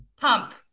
Pump